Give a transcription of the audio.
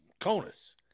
CONUS